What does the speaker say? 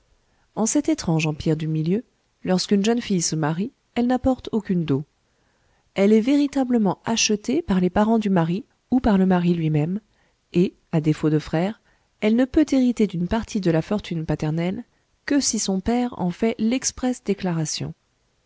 en cet étrange empire du milieu lorsqu'une jeune fille se marie elle n'apporte aucune dot elle est véritablement achetée par les parents du mari ou par le mari lui-même et à défaut de frères elle ne peut hériter d'une partie de la fortune paternelle que si son père en fait l'expresse déclaration